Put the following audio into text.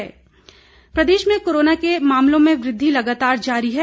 Himachal corona Pradesh में corona के मामलों में वृद्वि लगातार जारी है